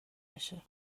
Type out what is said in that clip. بشه